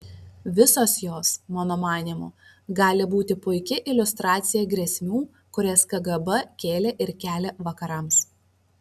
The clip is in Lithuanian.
visos jos mano manymu gali būti puiki iliustracija grėsmių kurias kgb kėlė ir kelia vakarams